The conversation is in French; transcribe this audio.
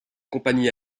compagnies